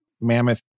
Mammoth